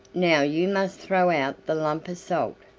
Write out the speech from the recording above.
now you must throw out the lump of salt,